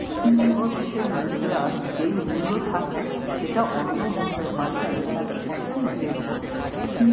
কোনো দেশের মুদ্রার যেই মূল্য থাকে সেটা অন্য মুদ্রায় পাল্টালে তাকে এক্সচেঞ্জ রেট বলে